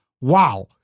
wow